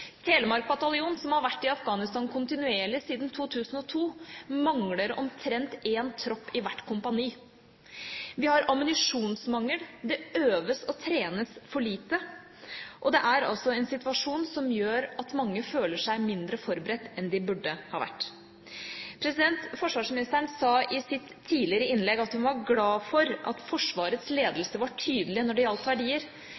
Telemark bataljon, som har vært i Afghanistan kontinuerlig siden 2002, mangler omtrent en tropp i hvert kompani. Vi har ammunisjonsmangel. Det øves og trenes for lite, og det er altså en situasjon som gjør at mange føler seg mindre forberedt enn de burde ha vært. Forsvarsministeren sa i et tidligere innlegg at hun var glad for at Forsvarets